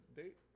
date